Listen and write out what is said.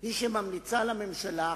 היא שממליצה לממשלה,